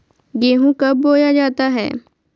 गेंहू कब बोया जाता हैं?